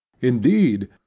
indeed